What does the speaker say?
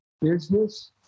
Business